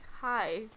hi